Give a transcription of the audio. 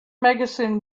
magazine